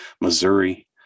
Missouri